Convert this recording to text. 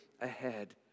ahead